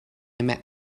met